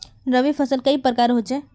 रवि फसल कई प्रकार होचे?